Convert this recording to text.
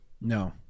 No